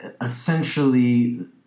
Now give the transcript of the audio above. essentially